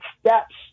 steps